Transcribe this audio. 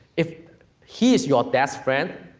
if he is your dad's friend,